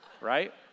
right